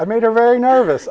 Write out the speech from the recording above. i made are very nervous